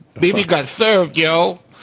bibi got third go.